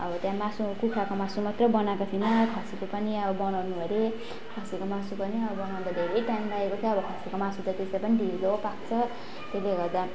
अब त्यहाँ मासु कुखुराको मासु मात्रै बनाएको थिएन खसीको पनि अब बनाउनु अरे खसीको मासु पनि बनाउँदा धेरै टाइम लागेको थियो अब खसीको मासु त त्यसै पनि ढिलो पाक्छ त्यसले गर्दा